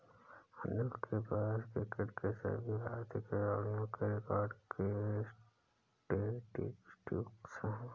अनिल के पास क्रिकेट के सभी भारतीय खिलाडियों के रिकॉर्ड के स्टेटिस्टिक्स है